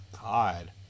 God